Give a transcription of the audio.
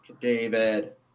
David